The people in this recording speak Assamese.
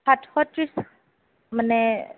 সাতশ ত্ৰিছ মানে